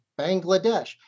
Bangladesh